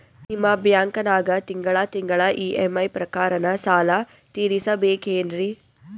ನಿಮ್ಮ ಬ್ಯಾಂಕನಾಗ ತಿಂಗಳ ತಿಂಗಳ ಇ.ಎಂ.ಐ ಪ್ರಕಾರನ ಸಾಲ ತೀರಿಸಬೇಕೆನ್ರೀ?